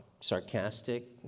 sarcastic